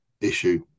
issue